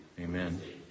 Amen